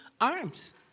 arms